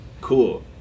cool